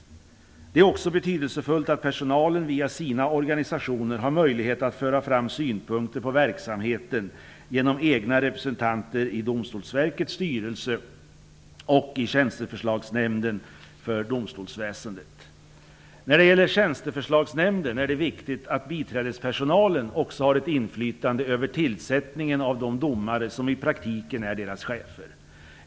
Det är också betydelsefullt att personalen via sina organisationer har möjlighet att föra fram synpunkter på verksamheten genom egna representanter i Domstolsverkets styrelse och i Tjänsteförslagsnämnden för domstolsväsendet. När det gäller Tjänsteförslagsnämnden är det viktigt att biträdespersonalen också har ett inflytande över tillsättningen av de domare som i praktiken är deras chefer.